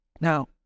Now